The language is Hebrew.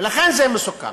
ולכן זה מסוכן.